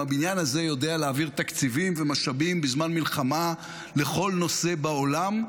אם הבניין הזה יודע להעביר תקציבים ומשאבים בזמן מלחמה לכל נושא בעולם,